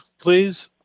Please